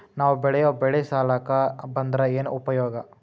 ನಾವ್ ಬೆಳೆಯೊ ಬೆಳಿ ಸಾಲಕ ಬಂದ್ರ ಏನ್ ಉಪಯೋಗ?